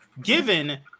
Given